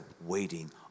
waiting